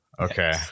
Okay